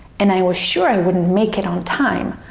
and i was sure i wouldn't make it on time,